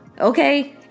Okay